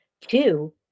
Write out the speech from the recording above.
two